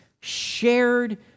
shared